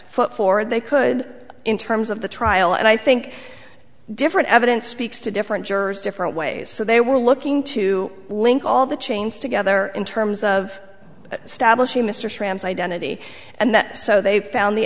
foot forward they could in terms of the trial and i think different evidence speaks to different jurors different ways so they were looking to link all the chains together in terms of stablish mr identity and that so they found the